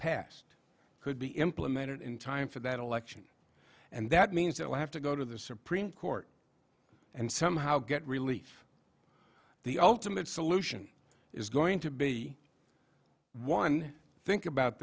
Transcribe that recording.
passed could be implemented in time for that election and that means they'll have to go to the supreme court and somehow get relief the ultimate solution is going to be one think about